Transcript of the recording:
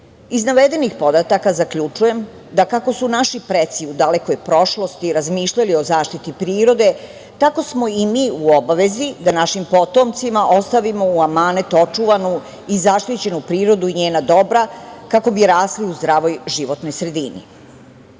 Iz navedenih podataka zaključujem da kako su naši preci u dalekoj prošlosti razmišljali o zaštiti prirode, tako smo i mi u obavezi da našim potomcima ostavimo u amanet očuvanu i zaštićenu prirodu i njena dobra kako bi rasli u zdravoj životnoj sredini.Zaštita